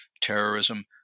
terrorism